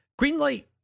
Greenlight